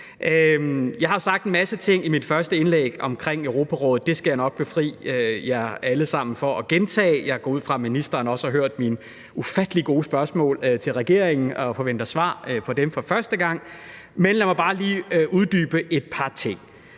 Jeg har sagt en masse ting i mit første indlæg omkring Europarådet – det skal jeg nok spare jer alle sammen for at gentage. Jeg går ud fra, at ministeren også har hørt mine ufattelig gode spørgsmål til regeringen, og jeg forventer svar på dem for første gang. Men lad mig bare lige uddybe et par ting.